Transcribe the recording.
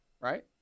right